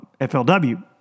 FLW